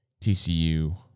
TCU